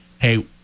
hey